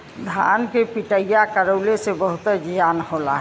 धान के पिटईया करवइले से बहुते जियान होला